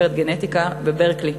חוקרת בגנטיקה בברקלי,